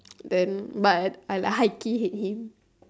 then but I I like high key hate him